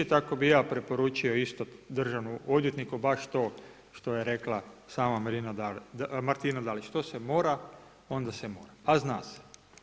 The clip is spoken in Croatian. Tako bi ja preporučio isto državnom odvjetniku, baš to što je rekla sama Martina Dalić, što se mora, onda se mora, a zna se.